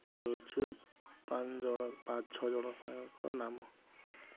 ଏ ହେଉଛୁ ପାଞ୍ଚ ଜଣ ପାଞ୍ଚ ଛଅ ଜଣ ସାଙ୍ଗଙ୍କ ନାମ